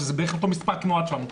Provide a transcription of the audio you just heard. שזה בערך אותו מספר כמו עד 750?